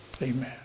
Amen